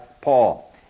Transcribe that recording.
Paul